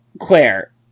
Claire